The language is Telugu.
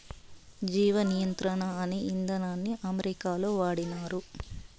జీవ నియంత్రణ అనే ఇదానాన్ని అమెరికాలో వాడినారు